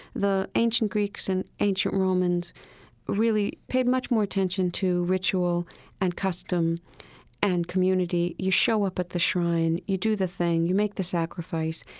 the ancient greeks and ancient romans really paid much more attention to ritual and custom and community. you show up at the shrine, you do the thing, you make the sacrifice,